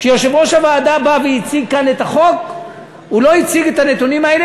כשיושב-ראש הוועדה בא והציג כאן את החוק הוא לא הציג את הנתונים האלה,